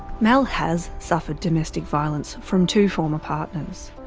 mel has suffered domestic violence from two former partners.